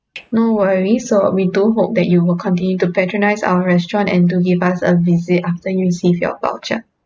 no worries so we do hope that you will continue to patronise our restaurant and do give us a visit after you receive your voucher